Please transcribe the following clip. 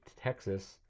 Texas